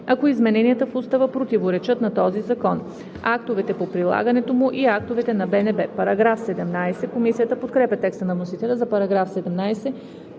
ако измененията в устава противоречат на този закон, актовете по прилагането му и актове на БНБ.“ Комисията подкрепя текста на вносителя за § 17,